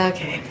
Okay